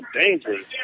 dangerous